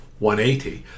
180